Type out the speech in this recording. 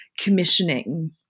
commissioning